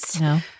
No